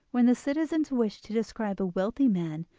when the citizens wish to describe a wealthy man,